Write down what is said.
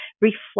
reflect